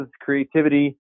creativity